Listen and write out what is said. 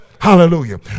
Hallelujah